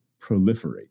proliferate